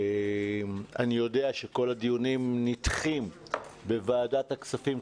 אני יודע שכל הדיונים נדחים בוועדת הכספים,